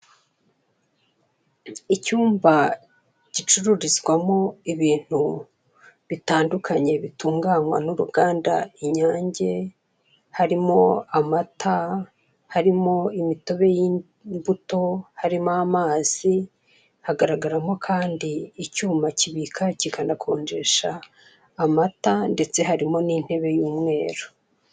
Icyumba gicururizwamo ibintu bitandukanye bitunganywa n'uruganda Inyange, harimo amata, harimo imitobe y'imbuto, harimo amazi. Hagaragaramo kandi icyuma kibika kikanakonjesha amata, ndetse harimo n'intebe y'umweru.